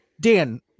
Dan